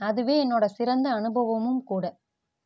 அதுவே என்னோடய சிறந்த அனுபவமும் கூட